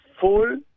full